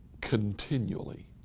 continually